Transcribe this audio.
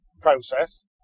process